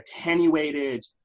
attenuated